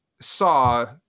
saw